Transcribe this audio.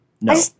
No